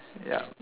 yup